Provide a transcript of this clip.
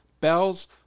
bells